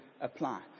apply